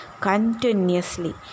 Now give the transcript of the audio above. continuously